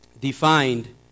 defined